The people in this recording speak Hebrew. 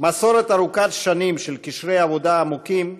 מסורת ארוכת שנים של קשרי עבודה עמוקים,